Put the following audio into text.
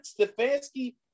Stefanski